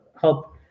Help